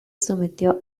sometió